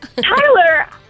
Tyler